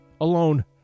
alone